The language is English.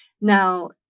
Now